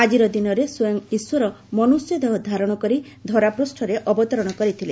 ଆକିର ଦିନରେ ସ୍ୱୟଂ ଈଶ୍ୱର ମନୁଷ୍ୟ ଦେହ ଧାରଶ କରି ଧରାପୂଷ୍ଟରେ ଅବତରଣ କରିଥିଲେ